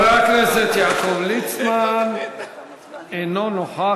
חבר הכנסת יעקב ליצמן, אינו נוכח.